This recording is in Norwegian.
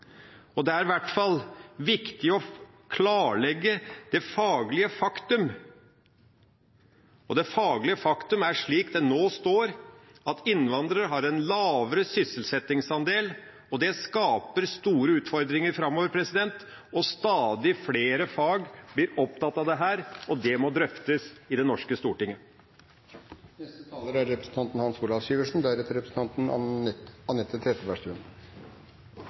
Det er i hvert fall viktig å klarlegge det faglige faktum – og det faglige faktum er, slik det nå står, at innvandrere har en lavere sysselsettingsandel, og det skaper store utfordringer framover. Stadig flere fag blir opptatt av dette, og det må drøftes i det norske stortinget. Det blir mange store debatter som nå dras opp, så selv om representanten